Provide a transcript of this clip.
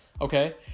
Okay